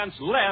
less